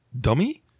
dummy